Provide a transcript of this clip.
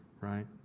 right